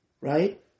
right